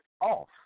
off